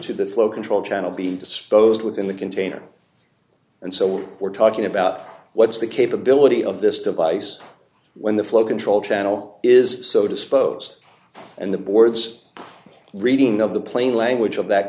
to the flow control channel being disposed within the container and so we're talking about what's the capability of this device when the flow control channel is so disposed and the board's reading of the plain language of that